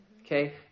Okay